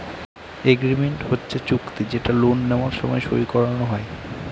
agreement হচ্ছে চুক্তি যেটা লোন নেওয়ার সময় সই করানো হয়